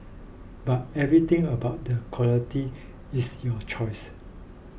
but everything about the quality is your choice